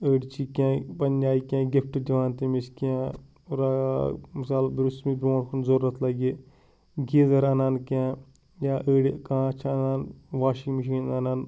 أڑۍ چھِ کیٚنٛہہ پَننہِ آیہِ کیٚنٛہہ گِفٹہٕ دِوان تٔمِس کیٚنٛہہ مِثال برٛونٛٹھ کُن ضروٗرت لَگہِ گیٖزَر اَنان کیٚنٛہہ یا أڑۍ کانٛہہ چھِ اَنان واشِنٛگ مِشیٖن اَنان